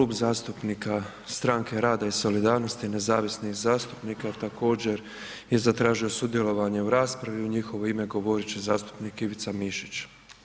Klub zastupnika Stranke rada i solidarnosti i nezavisnih zastupnika također je zatražio sudjelovanje u raspravi, u njihovo ime govorit će zastupnik Ivica Mišić.